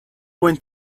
went